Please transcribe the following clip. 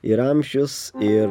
ir amžius ir